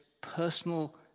personal